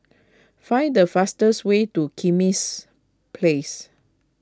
find the fastest way to Kismis Place